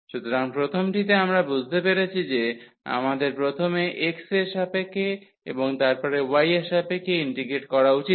সুতরাং প্রথমটিতে আমরা বুঝতে পেরেছি যে আমাদের প্রথমে x এর সাপেক্ষে এবং তারপরে y এর সাপেক্ষে ইন্টিগ্রেট করা উচিত